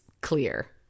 clear